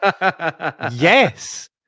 yes